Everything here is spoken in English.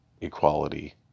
equality